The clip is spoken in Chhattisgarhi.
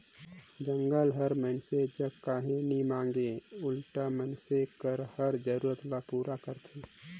जंगल हर मइनसे जग काही नी मांगे उल्टा मइनसे कर हर जरूरत ल पूरा करथे